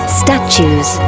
statues